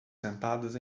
sentadas